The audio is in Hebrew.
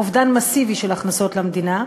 אובדן מסיבי של הכנסות למדינה,